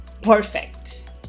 perfect